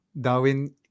Darwin